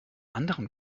anderem